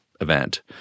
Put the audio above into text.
event